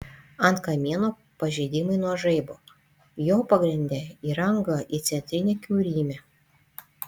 ant kamieno pažeidimai nuo žaibo jo pagrinde yra anga į centrinę kiaurymę